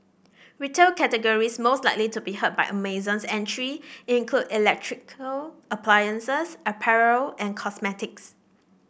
retail categories most likely to be hurt by Amazon's entry include electrical appliances apparel and cosmetics